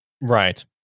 right